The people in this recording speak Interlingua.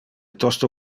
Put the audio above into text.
tosto